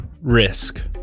risk